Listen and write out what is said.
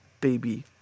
baby